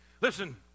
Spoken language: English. Listen